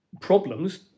problems